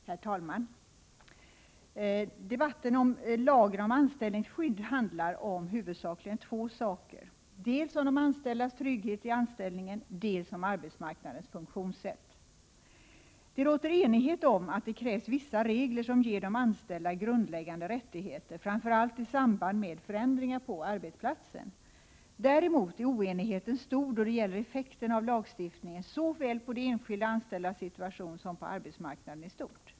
Herr talman! Debatten om lagen om anställningsskydd handlar huvudsakligen om två saker — dels om de anställdas trygghet i anställningen, dels om arbetsmarknadens funktionssätt. Det råder enighet om att det krävs vissa regler som ger de anställda grundläggande rättigheter, framför allt i samband med förändringar på arbetsplatsen. Däremot är oenigheten stor då det gäller effekten av lagstiftningen såväl på de enskilda anställdas situation som på arbetsmarknaden i stort.